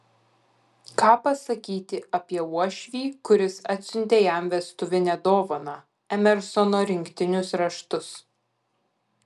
ką pasakyti apie uošvį kuris atsiuntė jam vestuvinę dovaną emersono rinktinius raštus